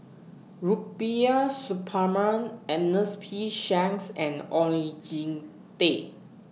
Rubiah Suparman Ernest P Shanks and Oon Jin Teik